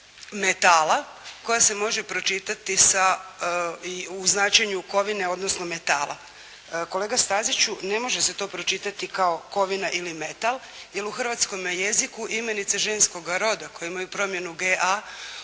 metala, koja se može pročitati i u značenju kovine, odnosno metala. Kolega Staziću, ne može se to pročitati kao kovina ili metal, jer u hrvatskome jeziku imenice ženskoga roda, koje imaju promjenu ge, a, u